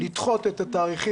לדחות את התאריך,